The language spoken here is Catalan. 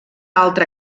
altra